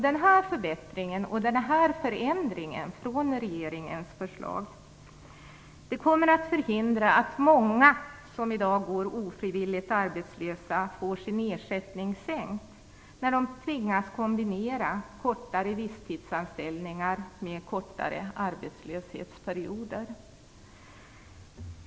Den förbättringen och förändringen av regeringens förslag kommer att förhindra att många som i dag går ofrivilligt arbetslösa får ersättningen sänkt när de tvingas kombinera kortare visstidsanställningar med kortare arbetslöshetsperioder.